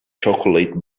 chocolate